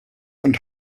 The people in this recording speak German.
und